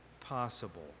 possible